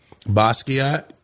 Basquiat